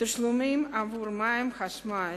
תשלומים עבור מים וחשמל.